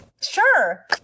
Sure